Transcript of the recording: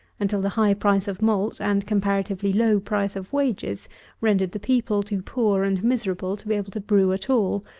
until the high price of malt and comparatively low price of wages rendered the people too poor and miserable to be able to brew at all.